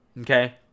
okay